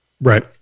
Right